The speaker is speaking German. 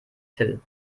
till